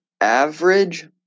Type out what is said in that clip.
average